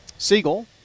Siegel